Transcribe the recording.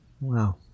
Wow